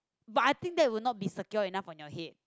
but I think that would not be secure enough on your head